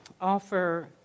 offer